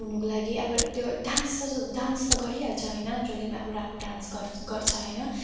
हुनुको लागि अब त्यो डान्सर डान्स त गरिहाल्छ होइन जहिले अब राम्रो डान्स गर गर्छ होइन